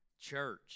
Church